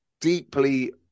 deeply